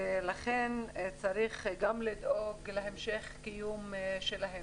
צריך גם לדאוג להמשך הקיום שלהם.